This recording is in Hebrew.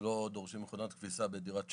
לא דורשים מכונות כביסה בדירת שירות,